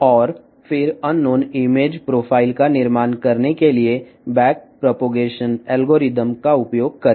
ఆపై తెలియని ఇమేజ్ ప్రొఫైల్ను నిర్మించడానికి వెనుక ప్రచార అల్గారిథమ్ను ఉపయోగించవలెను